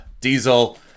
Diesel